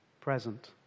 present